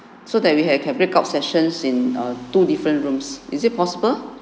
so that we can had breakout sessions in err two different rooms is it possible